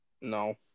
No